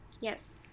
yes